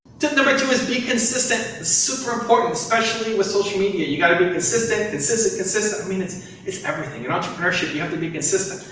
tip number two is be consistent. super important, especially with social media. you've got to be consistent, consistent, consistent. i mean, it's it's everything. in entrepreneurship, you have to be consistent.